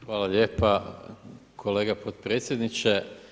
Hvala lijepa kolega potpredsjedniče.